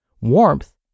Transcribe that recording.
warmth